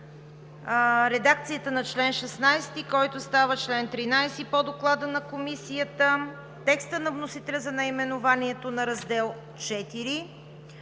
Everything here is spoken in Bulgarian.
редакцията на чл. 16, който става чл. 13 по Доклада на Комисията; текста на вносителя за наименованието на раздел